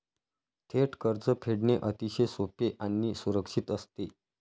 थेट कर्ज फेडणे अतिशय सोपे आणि सुरक्षित असते